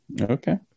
Okay